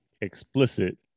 explicit